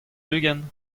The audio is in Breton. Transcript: ugent